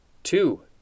Two